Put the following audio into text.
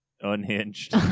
Unhinged